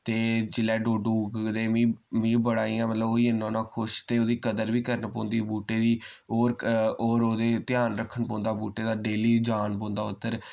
ते जिल्लै डोडु उगदे मिं बड़ा इय्यां मतलब ओह् होई जन्ना होन्नां खुश ते उ'दी कदर बी करने पौंदी बूह्टे दी और और ओह्दे ध्यान रक्खन पौंदा बूह्टे दा डेली जाना पौंदा उद्धर